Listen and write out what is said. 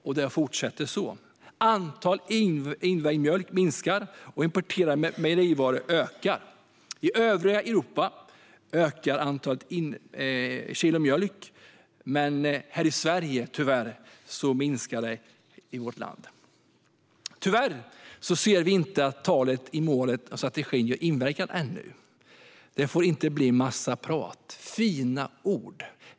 Och det har fortsatt på det sättet. Mängden invägd mjölk minskar, och importen av mejerivaror ökar. I övriga Europa ökar mängden mjölk, men här i Sverige minskar den tyvärr. Tyvärr ser vi inte att målen i strategin har fått någon inverkan ännu. Det får inte bli en massa prat och fina ord.